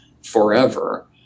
forever